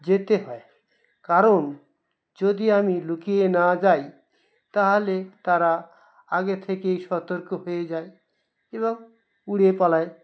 যেতে হয় কারণ যদি আমি লুকিয়ে না যাই তাহলে তারা আগে থেকেই সতর্ক হয়ে যায় এবং উড়ে পালায়